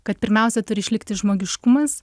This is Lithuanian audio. kad pirmiausia turi išlikti žmogiškumas